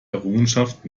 errungenschaft